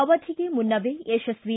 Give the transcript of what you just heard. ಅವಧಿಗೆ ಮುನ್ನವೇ ಯಶಸ್ನಿ